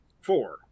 Four